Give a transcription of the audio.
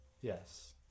Yes